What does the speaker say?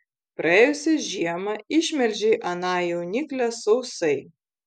praėjusią žiemą išmelžei aną jauniklę sausai